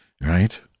Right